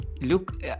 look